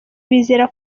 bizera